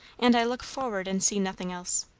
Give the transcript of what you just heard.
and i look forward and see nothing else.